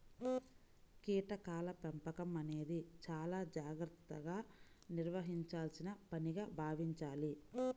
కీటకాల పెంపకం అనేది చాలా జాగర్తగా నిర్వహించాల్సిన పనిగా భావించాలి